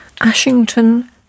Ashington